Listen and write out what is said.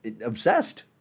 obsessed